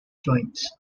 joints